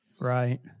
Right